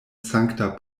sankta